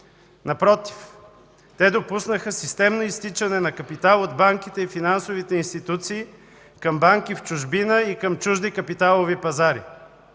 Напротив, те допуснаха системно изтичане на капитал от банките и финансовите институции към банки в чужбина и към чужди капиталови пазари.